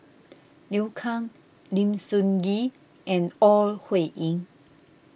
Liu Kang Lim Sun Gee and Ore Huiying